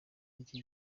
icyo